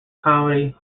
comedy